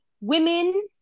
women